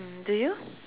do you